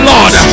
Lord